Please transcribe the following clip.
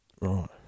right